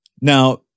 now